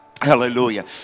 Hallelujah